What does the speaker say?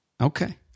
Okay